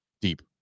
deep